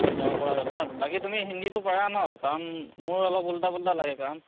যাব পৰা যাব ন বাকী তুমি হিন্দীটো পাৰা ন কাৰণ মোৰ অলপ ওল্টা পুল্টা লাগে কাৰণ